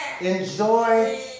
Enjoy